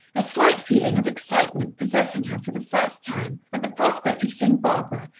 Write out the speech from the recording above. a slight feeling of excitement possessing her for the first time at the prospect of seeing barbara,